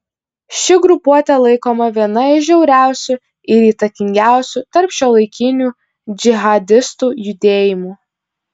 ši grupuotė laikoma viena iš žiauriausių ir įtakingiausių tarp šiuolaikinių džihadistų judėjimų